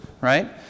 right